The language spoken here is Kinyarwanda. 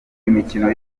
imikino